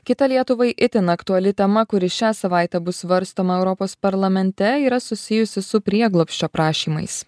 kita lietuvai itin aktuali tema kuri šią savaitę bus svarstoma europos parlamente yra susijusi su prieglobsčio prašymais